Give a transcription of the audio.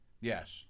Yes